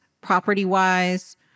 property-wise